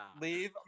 Leave